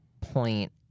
point